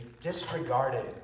disregarded